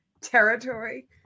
territory